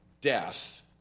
death